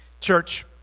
Church